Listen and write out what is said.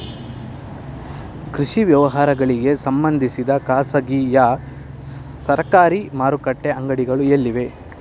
ಕೃಷಿ ವ್ಯವಹಾರಗಳಿಗೆ ಸಂಬಂಧಿಸಿದ ಖಾಸಗಿಯಾ ಸರಕಾರಿ ಮಾರುಕಟ್ಟೆ ಅಂಗಡಿಗಳು ಎಲ್ಲಿವೆ?